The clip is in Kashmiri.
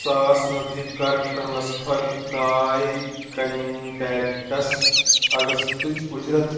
ساس رۄپیہِ کَر ٹرٛانٕسفر داے کنٹیکٹَس اَگستٕچ اُجرت